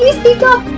and speak up?